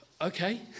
okay